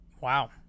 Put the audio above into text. Wow